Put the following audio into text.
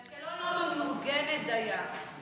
אשקלון לא ממוגנת דייה.